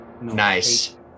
Nice